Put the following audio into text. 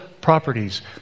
properties